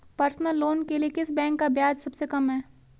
Personal loan के लिए किस बैंक का ब्याज सबसे कम है?